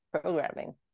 programming